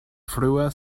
frua